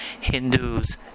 Hindus